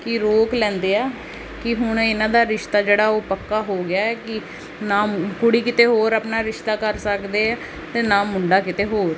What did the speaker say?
ਕਿ ਰੋਕ ਲੈਂਦੇ ਆ ਕਿ ਹੁਣ ਇਹਨਾਂ ਦਾ ਰਿਸ਼ਤਾ ਜਿਹੜਾ ਉਹ ਪੱਕਾ ਹੋ ਗਿਆ ਕਿ ਨਾ ਕੁੜੀ ਕਿਤੇ ਹੋਰ ਆਪਣਾ ਰਿਸ਼ਤਾ ਕਰ ਸਕਦੇ ਆ ਅਤੇ ਨਾ ਮੁੰਡਾ ਕਿਤੇ ਹੋਰ